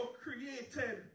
created